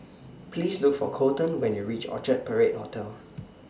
Please Look For Kolten when YOU REACH Orchard Parade Hotel